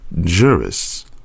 jurists